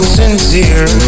sincere